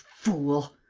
fool!